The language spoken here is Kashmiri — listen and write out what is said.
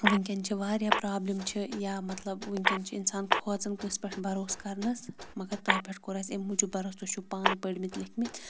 وٕنۍکٮ۪ن چھِ واریاہ پرٛابلِم چھِ یا مطلب وٕنۍکٮ۪ن چھِ اِنسان کھۄژان کٲنٛسہِ پٮ۪ٹھ بروس کَرنَس مگر تۄہہِ پٮ۪ٹھ کوٚر اَسہِ اَمہِ موٗجوٗب بروس تُہۍ چھُو پانہٕ پٔرۍ مٕتۍ لیکھمٕتۍ